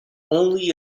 only